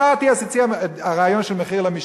השר אטיאס הציע את הרעיון של מחיר למשתכן.